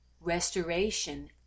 restoration